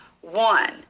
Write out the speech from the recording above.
one